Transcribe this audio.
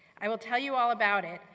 i will tell you all about it,